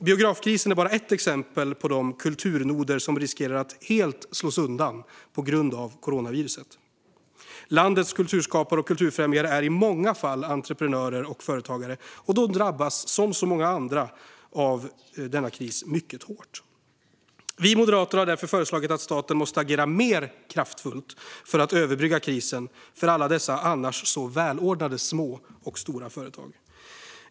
Biografkrisen är bara ett exempel på de kulturnoder som riskerar att helt slås ut på grund av coronaviruset. Landets kulturskapare och kulturfrämjare är i många fall entreprenörer och företagare, och som så många andra företag drabbas de mycket hårt av denna kris. Vi moderater har därför föreslagit att staten ska agera mer kraftfullt för att överbrygga krisen för alla dessa annars så välordnade små och stora företag.